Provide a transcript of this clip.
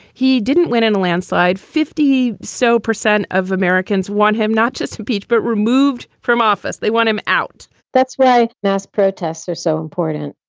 he didn't win in a landslide. fifty so percent of americans want him not just to beat, but removed from office. they want him out that's why mass protests are so important.